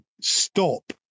stop